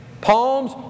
palms